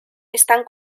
están